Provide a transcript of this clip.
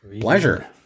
Pleasure